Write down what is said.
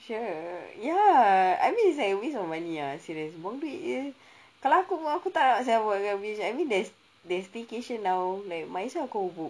sure ya I mean it's like a waste of money ah serious it won't be eh kalau aku pun aku tak nak [sial] buat dekat beach I mean there's there's staycation now like might as well aku book